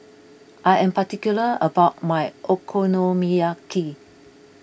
I am particular about my Okonomiyaki